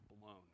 blown